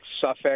Suffolk